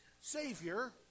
Savior